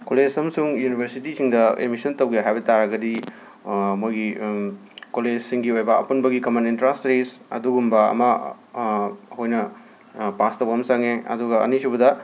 ꯀꯣꯂꯦꯁ ꯑꯃꯁꯨꯡ ꯌꯨꯅꯤꯕꯔꯁꯤꯇꯤꯁꯤꯡꯗ ꯑꯦꯃꯤꯁꯟ ꯇꯧꯒꯦ ꯍꯥꯏꯕ ꯇꯥꯔꯒꯗꯤ ꯃꯣꯏꯒꯤ ꯀꯣꯂꯦꯁꯁꯤꯡꯒꯤ ꯑꯣꯏꯕ ꯑꯄꯨꯟꯕꯒꯤ ꯀꯃꯟ ꯏꯟꯇ꯭ꯔꯥꯟꯁ ꯇꯦꯁ ꯑꯗꯨꯒꯨꯝꯕ ꯑꯃ ꯑꯩꯈꯣꯏꯅ ꯄꯥꯁ ꯇꯧꯕ ꯑꯃ ꯆꯪꯉꯦ ꯑꯗꯨꯒ ꯑꯅꯤꯁꯨꯕꯗ